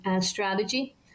strategy